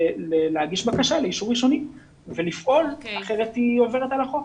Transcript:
להגיש בקשה לאישור ראשוני ולפעול כי אחרת היא עוברת על החוק.